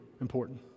important